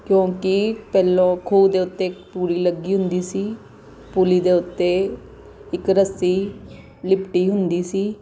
ਕਿਉਂਕਿ ਪਹਿਲੋਂ ਖੂਹ ਦੇ ਉੱਤੇ ਪੁਲੀ ਲੱਗੀ ਹੁੰਦੀ ਸੀ ਪੁਲੀ ਦੇ ਉੱਤੇ ਇੱਕ ਰੱਸੀ ਲਿਪਟੀ ਹੁੰਦੀ ਸੀ